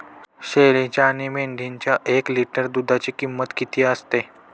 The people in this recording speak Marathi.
शेळीच्या आणि मेंढीच्या एक लिटर दूधाची किंमत किती असते?